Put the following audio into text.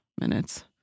minutes